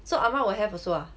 so ah ma will have also ah